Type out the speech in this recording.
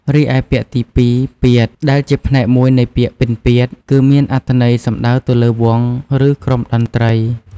រីឯពាក្យទីពីរ"ពាទ្យ" ដែលជាផ្នែកមួយនៃពាក្យ "ពិណពាទ្យ" គឺមានអត្ថន័យសំដៅទៅលើ វង់ ឬ ក្រុមតន្ត្រី។